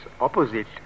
opposite